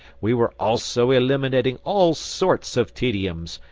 we were also eliminating all sorts of tediums,